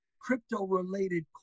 crypto-related